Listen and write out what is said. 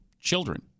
children